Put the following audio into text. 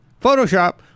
photoshop